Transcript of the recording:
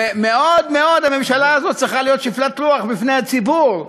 ומאוד מאוד הממשלה הזאת צריכה להיות שפלת רוח בפני הציבור,